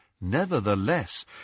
Nevertheless